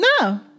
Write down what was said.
No